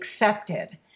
accepted